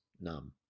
numb